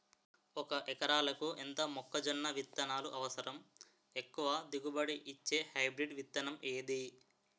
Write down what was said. ఒక ఎకరాలకు ఎంత మొక్కజొన్న విత్తనాలు అవసరం? ఎక్కువ దిగుబడి ఇచ్చే హైబ్రిడ్ విత్తనం ఏది?